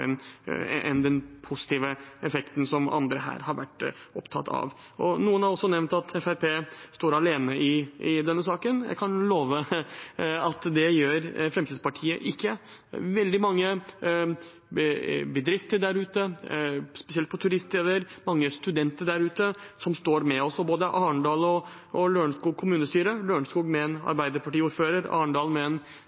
enn den positive effekten som andre her har vært opptatt av. Noen har også nevnt at Fremskrittspartiet står alene i denne saken. Jeg kan love at det gjør Fremskrittspartiet ikke. Det er veldig mange bedrifter der ute, spesielt på turiststeder, og mange studenter der ute som står sammen med oss, samt både Arendal og Lørenskog kommunestyrer – Lørenskog med en Arbeiderparti-ordfører og Arendal med en